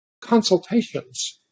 consultations